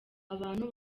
abantu